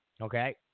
okay